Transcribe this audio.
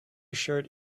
shirt